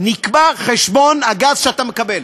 נקבע חשבון הגז שאתה מקבל.